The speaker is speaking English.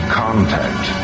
contact